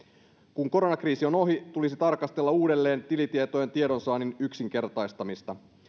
kun koronakriisi on ohi tulisi tarkastella uudelleen tilitietojen tiedonsaannin yksinkertaistamista